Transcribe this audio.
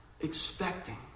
expecting